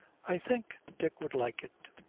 i think dick would like it